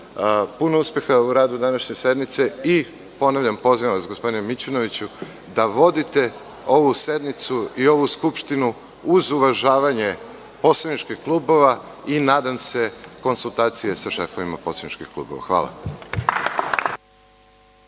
puno uspeha u radu današnje sednice i ponavljam, pozivam vas gospodine Mićunoviću da vodite ovu sednicu i ovu Skupštinu uz uvažavanje poslaničkih klubova i nadam se konsultacije sa šefovima poslaničkih klubova. Hvala.